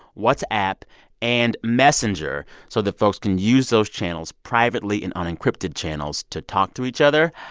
whatsapp and messenger so that folks can use those channels privately in unencrypted channels to talk to each other.